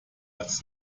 als